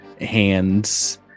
hands